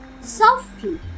softly